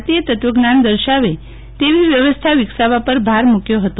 ભારતીય તત્વજ્ઞાન દર્શાવે તેવી વ્યવસ્થા વિકસાવવા પર ભાર મુકયો હતો